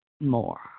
more